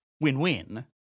Win-win